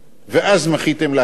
ואז מחאתם לה כפיים.